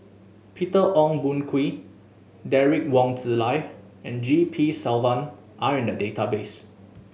Peter Ong Boon Kwee Derek Wong Zi Liang and G P Selvam are in the database